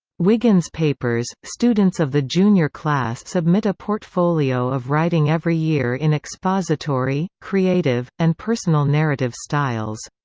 wiggins papers students of the junior class submit a portfolio of writing every year in expository, creative, and personal narrative styles.